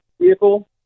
vehicle